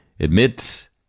admits